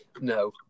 No